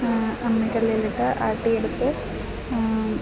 അമ്മിക്കല്ലേലിട്ട് ആട്ടിയെടുത്ത്